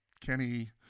Kenny